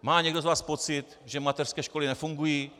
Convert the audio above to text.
Má někdo z vás pocit, že mateřské školy nefungují?